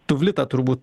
tuvlita turbūt